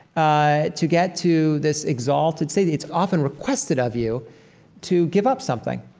ah to get to this exalted state, it's often requested of you to give up something,